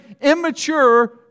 immature